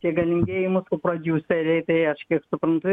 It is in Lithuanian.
tie galingieji mūsų prodiuseriai tai aš kiek suprantu